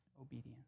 obedience